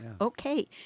Okay